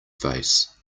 face